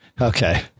okay